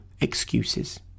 excuses